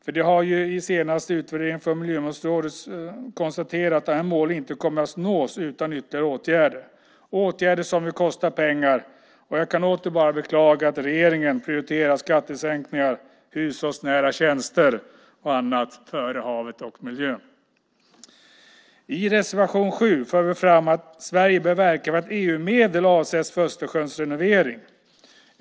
I den senaste utvärderingen från Miljömålsrådet konstateras att målen inte kommer att nås utan ytterligare åtgärder - åtgärder som kostar pengar. Jag kan åter bara beklaga att regeringen prioriterar skattesänkningar, hushållsnära tjänster och annat före havet och miljön. I reservation 7 för vi fram att Sverige bör verka för att EU-medel avsätts för Östersjöns renovering.